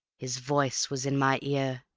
his voice was in my ear